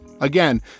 Again